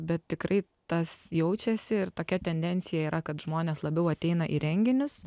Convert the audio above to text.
bet tikrai tas jaučiasi ir tokia tendencija yra kad žmonės labiau ateina į renginius